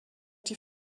die